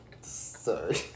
Sorry